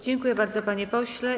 Dziękuję bardzo, panie pośle.